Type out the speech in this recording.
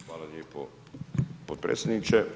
Hvala lijepo potpredsjedniče.